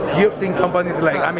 you see companies like, i mean